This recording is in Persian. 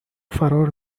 فرار